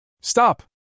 Stop